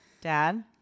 Dad